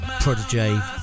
Prodigy